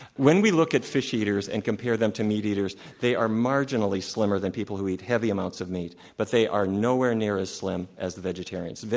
when we look at fish eaters and compare them to meat-eaters, they are marginally slimmer than people who eat heavy amounts of meat, but they are nowhere near as slim as the vegetarians.